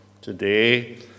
today